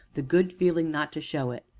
the good feeling not to show it,